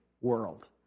world